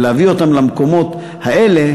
ולהביא אותם למקומות האלה,